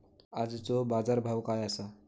आजचो बाजार भाव काय आसा?